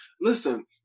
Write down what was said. Listen